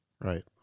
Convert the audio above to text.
Right